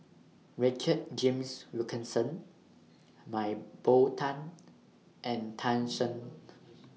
Richard James Wilkinson Mah Bow Tan and Tan Shen